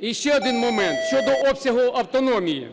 І ще один момент: щодо обсягу автономії.